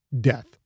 death